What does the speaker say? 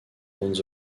bandes